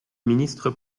ministre